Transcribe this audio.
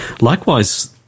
likewise